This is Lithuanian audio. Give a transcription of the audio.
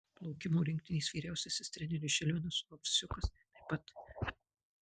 plaukimo rinktinės vyriausiasis treneris žilvinas ovsiukas taip pat